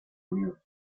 unidos